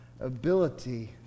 ability